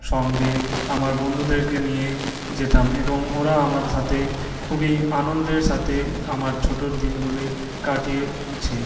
সঙ্গে আমার বন্ধুদেরকে নিয়ে যেতাম এবং ওরা আমার সাথে খুবই আনন্দের সাথে আমার ছোটোর দিনগুলি কাটিয়েছে